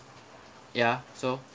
ya so